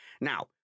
Now